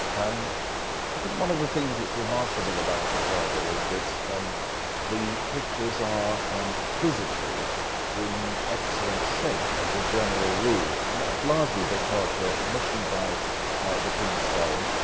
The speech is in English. um i think one of the things that's remarkable about the prado is that um the pictures are um physically in excellent shape, as a general rule, and that's largely because they're commissioned by the king of spain,